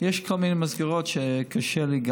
יש כל מיני מסגרות שקשה גם לי,